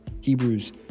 Hebrews